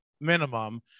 minimum